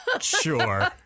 Sure